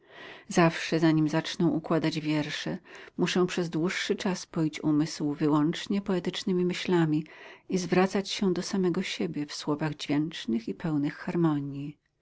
zawsze zanim zacznę układać wiersze muszę przez dłuższy czas poić umysł wyłącznie poetycznymi myślami i zwracać się do samego siebie w słowach dźwięcznych i pełnych harmonii